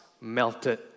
melted